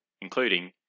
including